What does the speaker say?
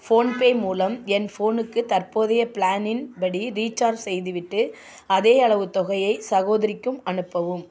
PhonePe மூலம் என் ஃபோனுக்கு தற்போதைய ப்ளானின்படி ரீச்சார்ஜ் செய்துவிட்டு அதே அளவு தொகையை சகோதரிக்கும் அனுப்பவும்